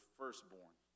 firstborn